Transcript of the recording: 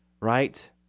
right